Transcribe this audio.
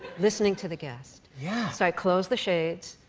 listening to the guest. yeah. so i close the shades,